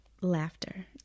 laughter